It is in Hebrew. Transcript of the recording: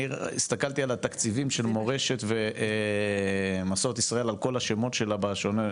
אני הסתכלתי על התקציבים של מורשת ומסעות ישראל על כל השמות שלהם,